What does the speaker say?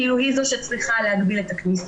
כאילו היא זו שצריכה להגביל את הכניסות,